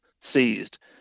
seized